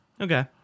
Okay